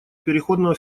переходного